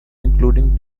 including